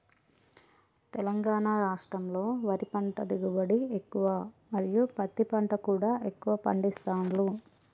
తెలంగాణ రాష్టంలో వరి పంట దిగుబడి ఎక్కువ మరియు పత్తి పంట కూడా ఎక్కువ పండిస్తాండ్లు